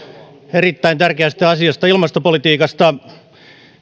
erittäin tärkeästä asiasta ilmastopolitiikasta